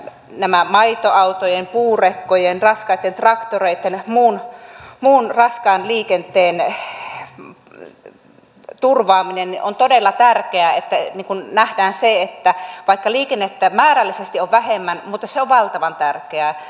elikkä näiden maitoautojen puurekkojen raskaitten traktoreitten muun raskaan liikenteen turvaaminen on todella tärkeää että nähdään se että vaikka liikennettä määrällisesti on vähemmän niin se on valtavan tärkeää